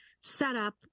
setup